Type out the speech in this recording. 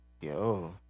yo